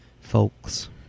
folks